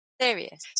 serious